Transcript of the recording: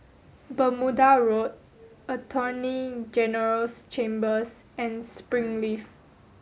Bermuda Road Attorney General's Chambers and Springleaf